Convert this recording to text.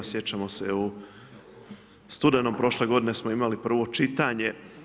Sjećamo se u studenom prošle godine smo imali prvo čitanje.